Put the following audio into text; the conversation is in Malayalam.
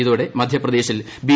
ഇതോടെ മധ്യപ്രദേശിൽ ബി